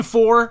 Four